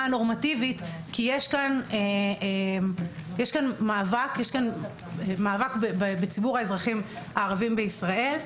הנורמטיבית כי יש כאן מאבק בציבור האזרחים הערבים בישראל.